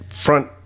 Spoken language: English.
front